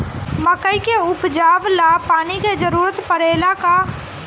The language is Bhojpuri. मकई के उपजाव ला पानी के जरूरत परेला का?